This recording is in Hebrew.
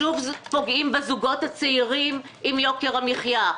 שוב פוגעים בזוגות הצעירים עם יוקר המחייה.